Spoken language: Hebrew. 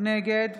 נגד